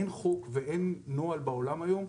אין חוק ואין בעולם נוהל היום,